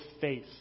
faith